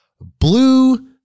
Blue